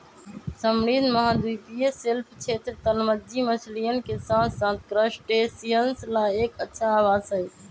समृद्ध महाद्वीपीय शेल्फ क्षेत्र, तलमज्जी मछलियन के साथसाथ क्रस्टेशियंस ला एक अच्छा आवास हई